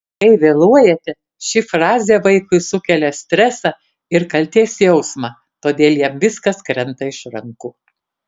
kai vėluojate ši frazė vaikui sukelia stresą ir kaltės jausmą todėl jam viskas krenta iš rankų